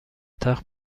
تخت